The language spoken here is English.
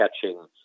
catching